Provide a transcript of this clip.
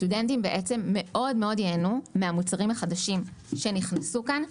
סטודנטים מאוד ייהנו מהמוצרים החדשים שנכנסו כאן,